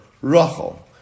Rachel